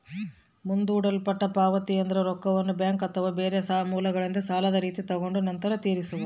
ಮುಂದೂಡಲ್ಪಟ್ಟ ಪಾವತಿಯೆಂದ್ರ ರೊಕ್ಕವನ್ನ ಬ್ಯಾಂಕ್ ಅಥವಾ ಬೇರೆ ಮೂಲಗಳಿಂದ ಸಾಲದ ರೀತಿ ತಗೊಂಡು ನಂತರ ತೀರಿಸೊದು